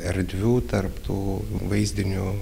erdvių tarp tų vaizdinių